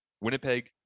Winnipeg